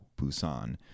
Busan